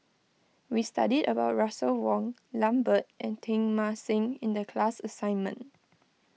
we studied about Russel Wong Lambert and Teng Mah Seng in the class assignment